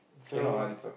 can not ah this one